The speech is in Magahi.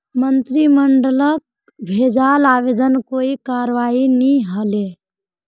मंत्रिमंडलक भेजाल आवेदनत कोई करवाई नी हले